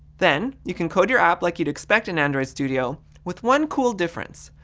then, you can code your app like you'd expect in android studio with one cool difference.